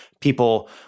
people